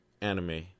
anime